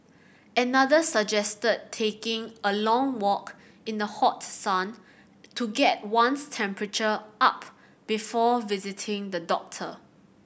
another suggested taking a long walk in the hot sun to get one's temperature up before visiting the doctor